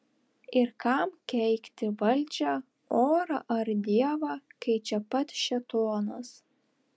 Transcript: ir kam keikti valdžią orą ar dievą kai čia pat šėtonas